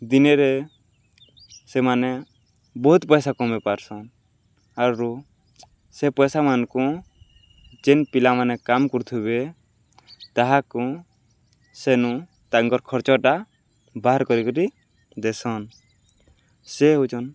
ଦିନେରେ ସେମାନେ ବହୁତ୍ ପଏସା କମେଇ ପାର୍ସନ୍ ଆରୁ ସେ ପଏସାମାନ୍ଙ୍କୁ ଯେନ୍ ପିଲାମାନେ କାମ୍ କରୁଥିବେ ତାହାକୁ ସେନୁ ତାଙ୍କର୍ ଖର୍ଚ୍ଚଟା ବାହାର୍ କରିକରି ଦେସନ୍ ସେ ହେଉଚନ୍